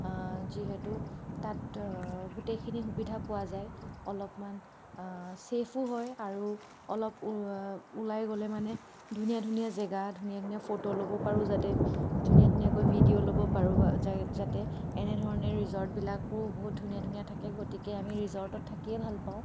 যিহেতু তাত গোটেইখিনি সুবিধা পোৱা যায় অলপমান ছেফো হয় আৰু অলপ ও ওলাই গ'লে মানে ধুনীয়া ধুনীয়া জেগা ধুনীয়া ধুনীয়া ফটো ল'ব পাৰোঁ যাতে ধুনীয়া ধুনীয়াকৈ ভিডিঅ' ল'ব পাৰোঁ বা যাতে এনেধৰণে ৰিজৰ্টবিলাকো বহুত ধুনীয়া ধুনীয়া থাকে গতিকে আমি ৰিজৰ্টত থাকিয়ে ভাল পাওঁ